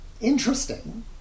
interesting